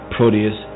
Proteus